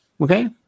Okay